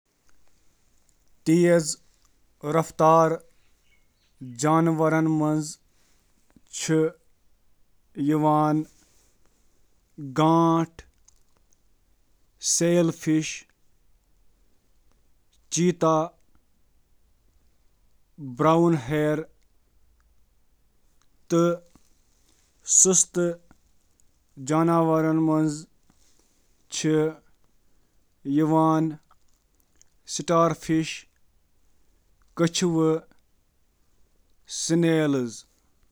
کینٛہہ تیز ترین جانورن منٛز چِھ شٲمل: